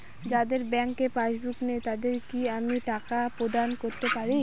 যাদের bank passbook নেই তাদের কি আমি টাকা প্রদান করতে পারি?